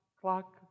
clock